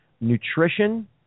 nutrition